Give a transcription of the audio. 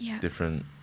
different